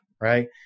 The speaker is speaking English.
right